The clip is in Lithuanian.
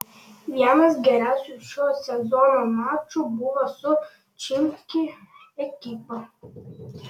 vienas geriausių šio sezono mačų buvo su chimki ekipa